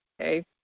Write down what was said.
okay